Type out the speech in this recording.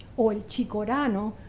or chicorano,